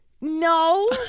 No